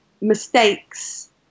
mistakes